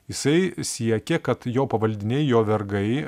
jisai siekė kad jo pavaldiniai jo vergai